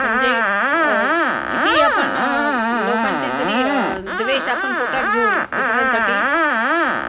म्हणजे कितीही आपण लोकांची जरी द्वेष आपण पोटात घेऊन दुसऱ्यांसाठी